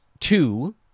Two